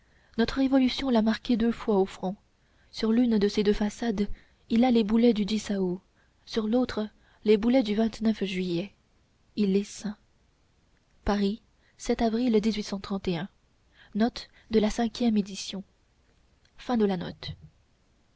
notre révolution l'a marqué deux fois au front sur l'une de ses deux façades il a les boulets du dis sa août sur l'autre les boulets du juillet il est saint paris avril